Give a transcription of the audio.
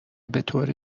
بطور